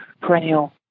perennial